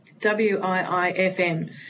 W-I-I-F-M